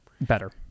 better